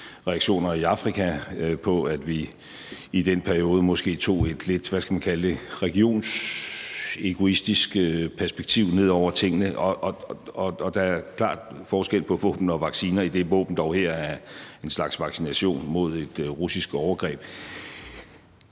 reaktioner i Afrika på, at vi i den periode måske tog et lidt – hvad skal man kalde det? – regionsegoistisk perspektiv ned over tingene. Der er klart forskel på våben og vacciner, idet våben dog her er en slags vaccination mod et russisk overgreb.